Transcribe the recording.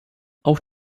auch